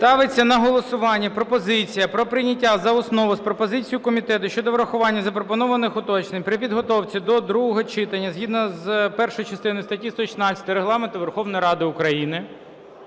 Ставиться на голосування пропозиція про прийняття за основу з пропозицією комітету щодо врахування запропонованих уточнень при підготовці до другого читання згідно з першою частиною статті 116 Регламенту Верховної Ради України